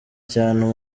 cyane